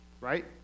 right